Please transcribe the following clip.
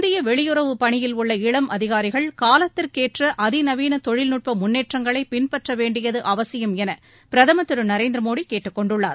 இந்திய வெளியுறவுப் பணியில் உள்ள இளம் அதிகாரிகள் காலத்திற்கேற்ற அதிநவீன தொழில்நுட்ப முன்னேற்றங்களை பின்பற்ற வேண்டியது அவசியம் என பிரதமர் திரு நரேந்திர மோடி கேட்டுக் கொண்டுள்ளார்